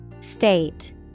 State